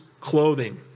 clothing